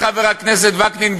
חבר הכנסת וקנין,